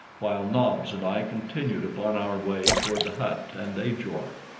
while nobs and i continued upon our way toward the hut and ajor.